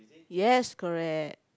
yes correct